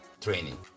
training